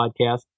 podcast